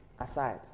aside